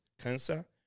cancer